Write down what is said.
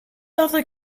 other